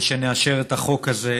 לאשר בו את החוק הזה.